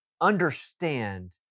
understand